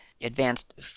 advanced